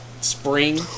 spring